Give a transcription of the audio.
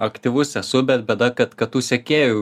aktyvus esu bet bėda kad kad tų sekėjų